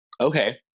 Okay